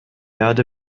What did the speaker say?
erde